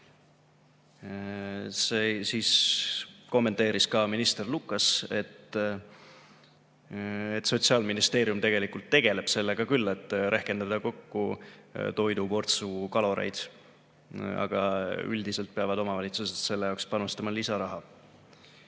Seejärel kommenteeris minister Lukas, et Sotsiaalministeerium tegeleb sellega, et rehkendada kokku toiduportsu kalorsus, aga üldiselt peavad omavalitsused selle jaoks panustama lisaraha.